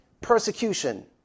persecution